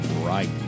right